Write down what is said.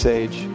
age